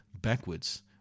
backwards